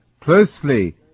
closely